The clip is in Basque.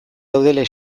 daudela